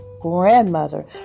grandmother